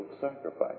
sacrifice